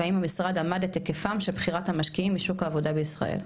והאם המשרד עמד את היקפם של בריחת המשקיעים משוק העבודה בישראל?